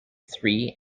three